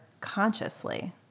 consciously